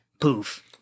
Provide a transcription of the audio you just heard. Poof